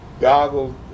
goggles